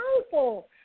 powerful